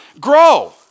grow